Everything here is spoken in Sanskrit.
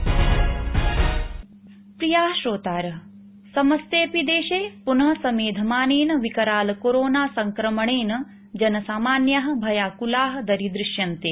कोविडसन्देश प्रिय श्रोतार समस्तेऽपि देशे पुनः समेधमानेन विकराल कोरोना संक्रमणेन जनसामान्याः भयाकुलाः दरीदृश्यन्ते